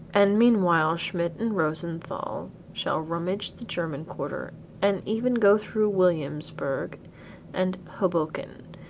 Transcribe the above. and meanwhile schmidt and rosenthal shall rummage the german quarter and even go through williamsburgh and hoboken.